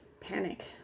panic